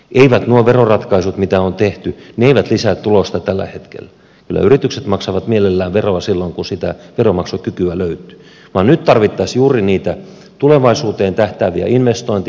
eivät nuo veroratkaisut mitä on tehty lisää tulosta tällä hetkellä kyllä yritykset maksavat mielellään veroa silloin kun sitä veronmaksukykyä löytyy vaan nyt tarvittaisiin juuri niitä tulevaisuuteen tähtääviä investointeja